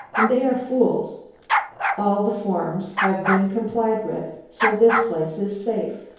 and they are fools all the forms have been complied with, so this place is safe.